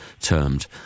termed